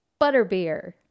Butterbeer